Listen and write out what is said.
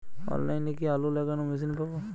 অনলাইনে কি আলু লাগানো মেশিন পাব?